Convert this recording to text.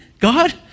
God